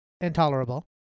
intolerable